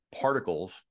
particles